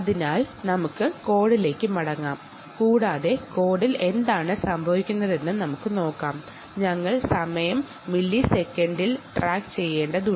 അതിനാൽ നമുക്ക് കോഡിലേക്ക് മടങ്ങാം കൂടാതെ കോഡിൽ എന്താണ് സംഭവിക്കുന്നതെന്ന് നമുക്ക് നോക്കാം ഞങ്ങൾ സമയം മില്ലിസെക്കൻഡിൽ ട്രാക്ക് ചെയ്യണം